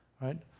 right